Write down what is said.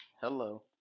Hello